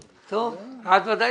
נוסף,